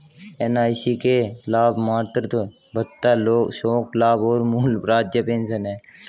NIC के लाभ मातृत्व भत्ता, शोक लाभ और मूल राज्य पेंशन हैं